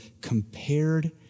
compared